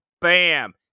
bam